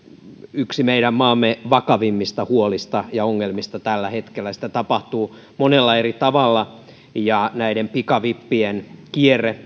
yksi meidän maamme vakavimmista huolista ja ongelmista tällä hetkellä sitä tapahtuu monella eri tavalla ja näiden pikavippien kierre